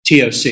TOC